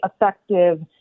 effective